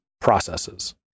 processes